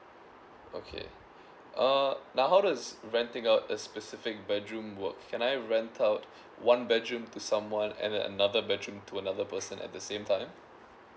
okay uh now how does renting out a specific bedroom work can I rent out one bedroom to someone and then another bedroom to another person at the same time